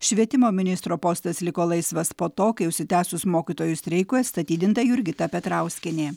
švietimo ministro postas liko laisvas po to kai užsitęsus mokytojų streikui atstatydinta jurgita petrauskienė